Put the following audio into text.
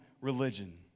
religion